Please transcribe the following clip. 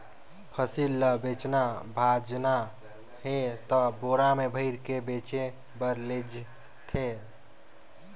फसिल ल बेचना भाजना हे त बोरा में भइर के बेचें बर लेइज थें